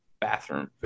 bathroom